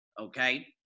Okay